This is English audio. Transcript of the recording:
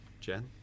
Jen